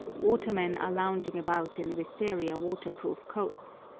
watermen are lounging about in wistaria waterproof coats.